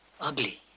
ugly